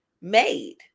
made